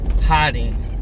hiding